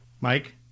Mike